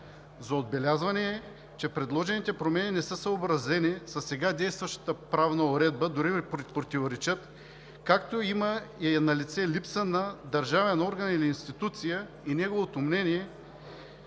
За отбелязване е, че предложените промени не са съобразени със сега действащата правна уредба, а дори противоречат, както е налице и липсата на държавен орган или институция, и неговото мнение,